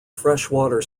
freshwater